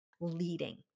leading